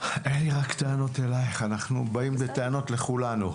אין לי רק טענות אליך, אנחנו באים לטענות לכולנו.